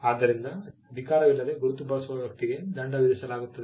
ಆದ್ದರಿಂದ ಅಧಿಕಾರವಿಲ್ಲದೆ ಗುರುತು ಬಳಸುವ ವ್ಯಕ್ತಿಗೆ ದಂಡ ವಿಧಿಸಲಾಗುತ್ತದೆ